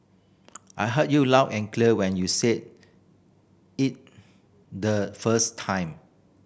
I heard you loud and clear when you said it the first time